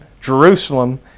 Jerusalem